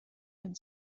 and